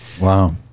Wow